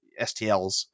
stls